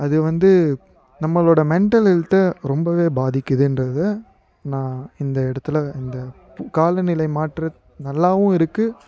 அது வந்து நம்மளோட மென்டல் ஹெல்த்தை ரொம்பவே பாதிக்கிதுன்றதை நான் இந்த இடத்தில் இந்த காலநிலை மாற்ற நல்லாவும் இருக்கு